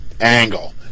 angle